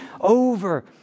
over